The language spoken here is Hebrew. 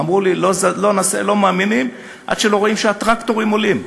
אמרו לי: לא מאמינים עד שלא רואים שהטרקטורים עולים.